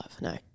No